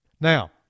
Now